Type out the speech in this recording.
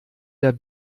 der